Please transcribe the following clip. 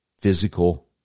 physical